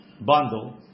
bundle